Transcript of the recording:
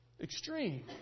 extreme